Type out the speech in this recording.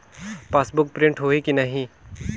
Passbook print होही कि नहीं?